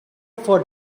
for